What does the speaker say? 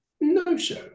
No-Show